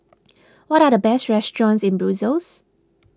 what are the best restaurants in Brussels